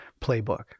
playbook